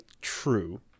true